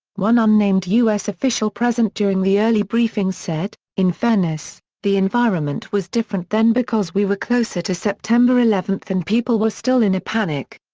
one unnamed u s. official present during the early briefings said, in fairness, the environment was different then because we were closer to september eleven and people were still in a panic.